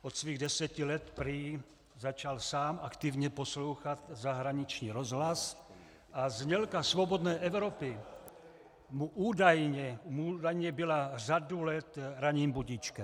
Od svých deseti let prý začal sám aktivně poslouchat zahraniční rozhlas a znělka Svobodné Evropy mu údajně byla řadu let ranním budíčkem.